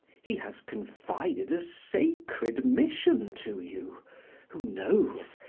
he has confided a sacred mission to you who knows,